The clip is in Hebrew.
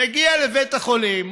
מגיע לבית החולים,